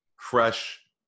fresh